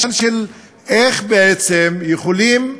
איך בעצם יכולים